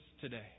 today